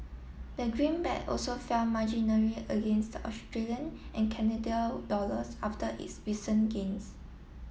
the greenback also fell marginally against the Australian and Canadian dollars after its recent gains